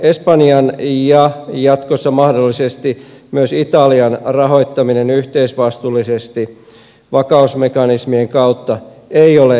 espanjan ja jatkossa mahdollisesti myös italian rahoittaminen yhteisvastuullisesti vakausmekanismien kautta ei ole kannatettava järjestely